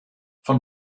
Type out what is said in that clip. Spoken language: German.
von